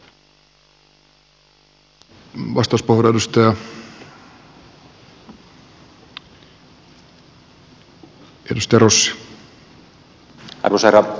arvoisa herra puhemies